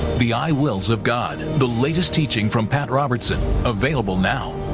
the i wills of god, the latest teaching from pat robertson, available now.